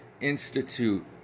Institute